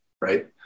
right